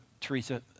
Teresa